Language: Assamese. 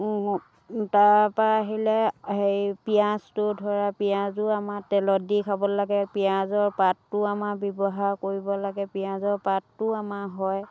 তাৰপৰা আহিলে হেৰি পিয়াঁজটো ধৰা পিয়াঁজো আমাৰ তেলত দি খাব লাগে পিয়াঁজৰ পাতটোও আমাৰ ব্যৱহাৰ কৰিব লাগে পিয়াঁজৰ পাতটোও আমাৰ হয়